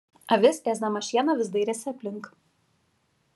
avis ėsdama šieną vis dairėsi aplink